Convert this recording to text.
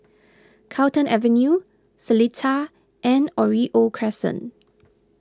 Carlton Avenue Seletar and Oriole Crescent